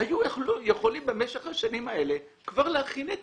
הם היו יכולים במשך השנים האלה כבר להכין את